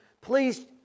Please